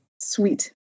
Sweet